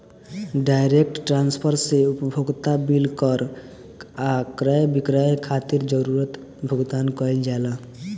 direct transfer से उपभोक्ता bill कर आ क्रय विक्रय खातिर जरूरी भुगतान कईल जाला